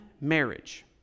marriage